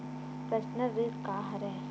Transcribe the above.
Personal ऋण का हरय?